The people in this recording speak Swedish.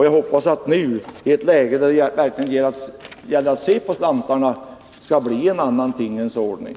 Jag hoppas att det nu, i ett läge då det verkligen gäller att se på slantarna, skall bli en annan tingens ordning.